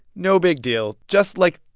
no big deal. just, like,